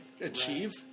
achieve